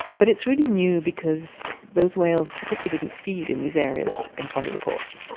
but it's really new because those whales typically didn't feed in these areas in front of the ports.